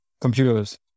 computers